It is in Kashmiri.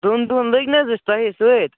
دۄن دۄہَن لٔگۍ نہَ حظ أسۍ تۄہے سۭتۍ